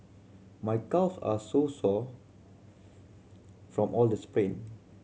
my calves are sore from all the sprint